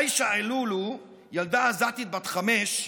עאישה א-לולו, ילדה עזתית בת חמש,